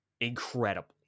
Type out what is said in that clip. Incredible